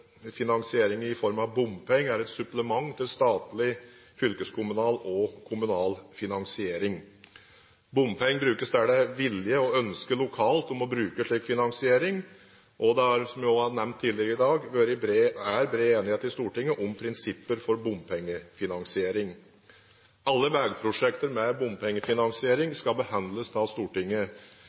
ønske lokalt om å bruke slik finansiering. Det er, som jeg òg har nevnt tidligere i dag, bred enighet i Stortinget om prinsippene for bompengefinansiering. Alle veiprosjekter med bompengefinansiering skal behandles av Stortinget.